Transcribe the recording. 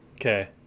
Okay